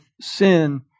sin